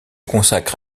consacre